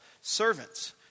Servants